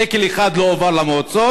שקל אחד לא הועבר למועצות,